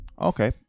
Okay